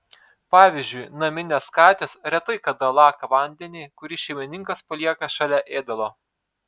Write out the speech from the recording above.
pavyzdžiui naminės katės retai kada laka vandenį kurį šeimininkas palieka šalia ėdalo